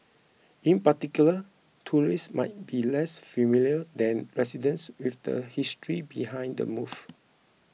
in particular tourists might be less familiar than residents with the history behind the move